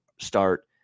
start